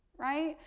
right?